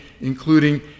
including